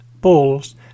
balls